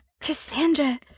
Cassandra